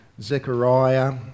Zechariah